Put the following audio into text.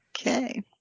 Okay